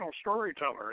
storyteller